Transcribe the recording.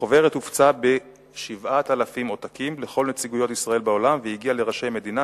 החוברת הופצה ב-7,000 עותקים לכל נציגויות ישראל והגיעה לראשי מדינה,